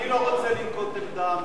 אין מתנגדים,